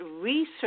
research